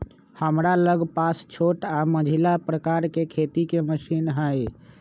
हमरा लग पास छोट आऽ मझिला प्रकार के खेती के मशीन हई